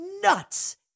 nuts